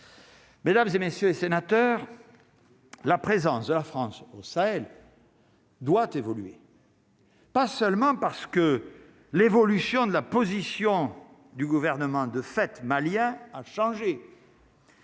Mesdames et messieurs les sénateurs. La présence de la France au Sahel. Doit évoluer. Pas seulement parce que l'évolution de la position du gouvernement de fête Malia a changé.